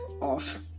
off